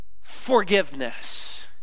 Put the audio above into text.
forgiveness